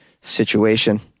situation